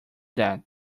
that